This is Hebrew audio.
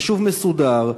יישוב מסודר,